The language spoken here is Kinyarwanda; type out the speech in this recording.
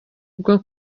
bwo